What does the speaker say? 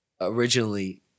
originally